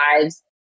lives